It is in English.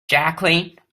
jacqueline